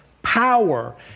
Power